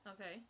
Okay